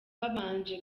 babanje